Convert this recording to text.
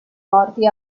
morti